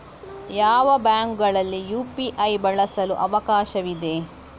ಯಾವ ಬ್ಯಾಂಕುಗಳಲ್ಲಿ ಯು.ಪಿ.ಐ ಬಳಸಲು ಅವಕಾಶವಿದೆ?